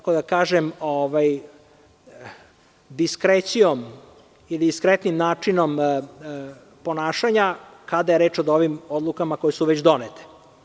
Kako da kažem diskrecijom i diskretnim načinom ponašanja kada je reč o ovim odlukama koje su već donete.